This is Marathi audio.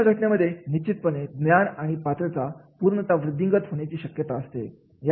अशा घटनेमध्ये निश्चितपणे ज्ञान आणि पात्रता पूर्णता वृद्धिंगत होण्याची शक्यता असते